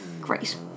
great